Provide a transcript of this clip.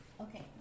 Okay